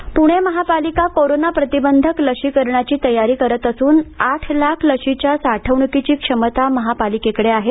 लशीकरण पुणे महापालिका कोरोना प्रतिबंधक लशीकरणाची तयारी करत असून आठ लाख लशीच्या साठवणूकीची क्षमता महापालिकेकडे आहे